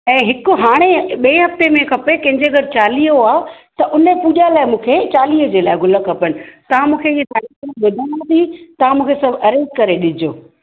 ऐं हिकु हाणे ॿिए हफ़्ते में खपे कंहिंजे घरु चालीहो आहे त उन पूॼा लाइ मूंखे चालीहे जे लाइ गुल खपनि तव्हां मूंखे इहे तव्हां मूंखे सभु अरेंज करे ॾिजो